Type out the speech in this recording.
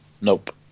Nope